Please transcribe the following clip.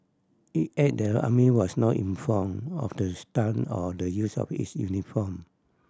it added that the army was not informed of the stunt or the use of its uniform